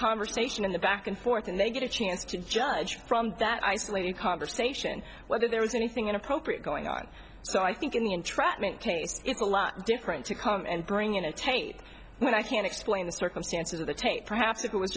conversation in the back and forth and they get a chance to judge from that isolated conversation whether there was anything inappropriate going on so i think in the entrapment case it's a lot different to come and bring in a tape when i can explain the circumstances of the tape perhaps it was